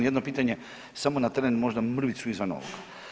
Jedno pitanje, samo na tren možda mrvicu izvan ovoga.